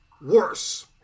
Worse